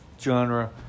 genre